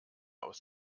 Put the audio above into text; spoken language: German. aus